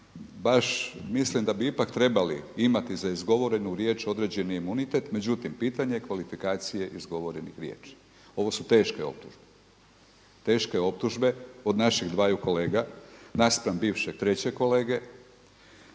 baš mislim da bi ipak trebali imati za izgovorenu riječ određeni imunitet. Međutim, pitanje je kvalifikacije izgovorenih riječi. Ovo su teške optužbe, teške optužbe od naših dvaju kolega naspram bivšeg trećeg kolege.